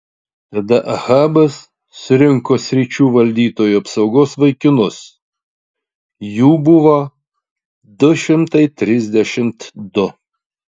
tada ahabas surinko sričių valdytojų apsaugos vaikinus jų buvo du šimtai trisdešimt du